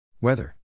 Weather